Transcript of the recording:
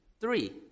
Three